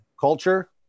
culture